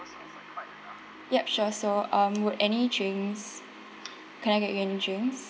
yup sure so um would any drinks can I get you any drinks